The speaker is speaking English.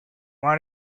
want